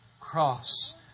cross